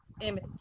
image